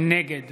נגד